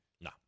No